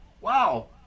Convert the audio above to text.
wow